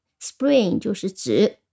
spring就是指